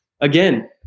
again